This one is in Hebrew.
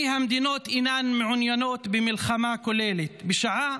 כי המדינות אינן מעוניינות במלחמה כוללת, בשעה